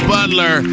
Butler